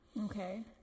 Okay